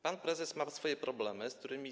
Pan prezes ma swoje problemy, z którymi.